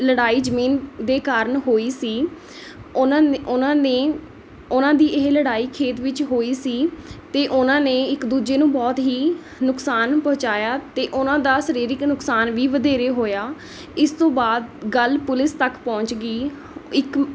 ਲੜਾਈ ਜ਼ਮੀਨ ਦੇ ਕਾਰਨ ਹੋਈ ਸੀ ਉਨ੍ਹਾਂ ਨੇ ਉਨ੍ਹਾਂ ਨੇ ਉਹਨਾਂ ਦੀ ਇਹ ਲੜਾਈ ਖੇਤ ਵਿੱਚ ਹੋਈ ਸੀ ਅਤੇ ਉਹਨਾਂ ਨੇ ਇੱਕ ਦੂਜੇ ਨੂੰ ਬਹੁਤ ਹੀ ਨੁਕਸਾਨ ਪਹੁੰਚਾਇਆ ਅਤੇ ਉਨ੍ਹਾਂ ਦਾ ਸਰੀਰਕ ਨੁਕਸਾਨ ਵੀ ਵਧੇਰੇ ਹੋਇਆ ਇਸ ਤੋਂ ਬਾਅਦ ਗੱਲ ਪੁਲਿਸ ਤੱਕ ਪਹੁੰਚ ਗਈ ਇੱਕ